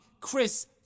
Chris